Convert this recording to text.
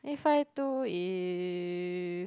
eight five two is